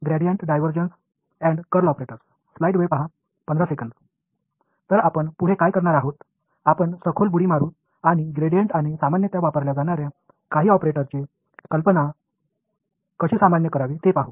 तर आपण पुढे काय करणार आहोत आपण सखोल बुडी मारू आणि ग्रेडियंट आणि सामान्यत वापरल्या जाणार्या काही ऑपरेटरची कल्पना कशी सामान्य करावी ते पाहू